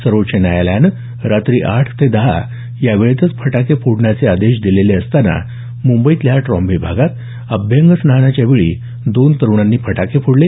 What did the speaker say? सर्वोच्च न्यायालयानं रात्री आठ ते दहा वेळेतच फटाके फोडण्याचे आदेश दिलेले असताना मुंबईतल्या ट्रॉम्बे भागात अभ्यंगस्नानाच्यावेळी दोन तरुणांनी फटाके फोडले